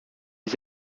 les